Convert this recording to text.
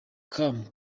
com